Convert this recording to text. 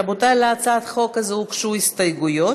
רבותי, להצעת החוק הזאת הוגשו הסתייגויות.